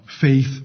faith